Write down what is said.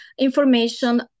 information